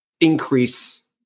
increase